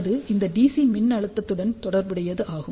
அது இந்த DC மின்னழுத்தத்துடன் தொடர்புடையது ஆகும்